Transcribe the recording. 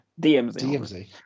DMZ